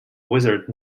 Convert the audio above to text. wizard